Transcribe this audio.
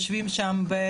הם עושים עבודה נפלאה,